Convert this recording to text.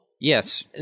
Yes